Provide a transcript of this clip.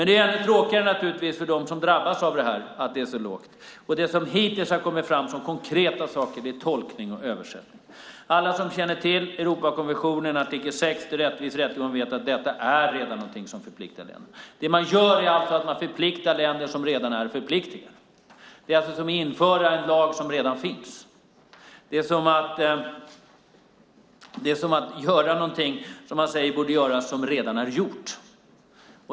Det är naturligtvis ännu tråkigare för dem som drabbas att ambitionen är så låg. Det som hittills har kommit fram som konkreta saker är tolkning och översättning. Alla som känner till Europakonventionens artikel 6 om rättvis rättegång vet att detta redan är någonting som förpliktar länderna. Det man gör är att man förpliktar länder som redan är förpliktade. Det är alltså som att införa en lag som redan finns. Det är som att man säger att någonting borde göras som redan är gjort.